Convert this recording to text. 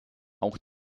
auch